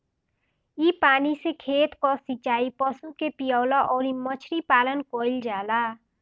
इ पानी से खेत कअ सिचाई, पशु के पियवला अउरी मछरी पालन कईल जाला